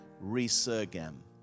Resurgam